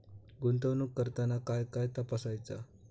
गुंतवणूक करताना काय काय तपासायच?